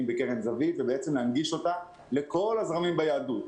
בקרן זווית ולהנגיש אותה לכל הזרמים ביהדות.